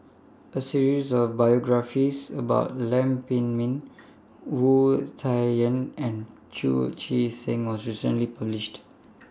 A series of biographies about Lam Pin Min Wu Tsai Yen and Chu Chee Seng was recently published